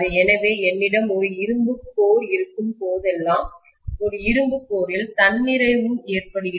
எனவே என்னிடம் ஒரு இரும்பு கோர் இருக்கும் போதெல்லாம் ஒரு இரும்பு கோர் இல் தன்நிறைவு சேச்சுரேஷன் ஏற்படுத்துகிறது